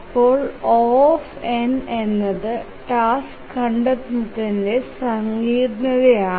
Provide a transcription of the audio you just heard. അപ്പോൾ O എന്നത് task കണ്ടെത്തുന്നതിന്റെ സങ്കീർണ്ണതയാണ്